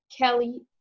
kelly